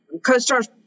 costar's